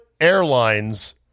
Airlines